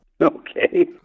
Okay